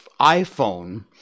iPhone